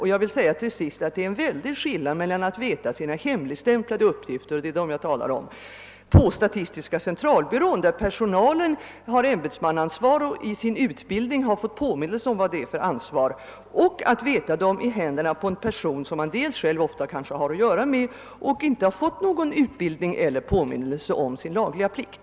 Det är stor skillnad mellan att veta att ens hemligstämplade uppgifter — och det är dem jag talar om — finns på statistiska centralbyrån, där personalen har ämbetsmannaansvar och i sin utbildning har fått påminnelse om vad detta ansvar innebär, och att veta att uppgifterna är i händerna på en person som man kanske ofta har att göra med och som inte fått någon utbildning eller påminnelse om sin lagliga plikt.